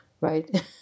right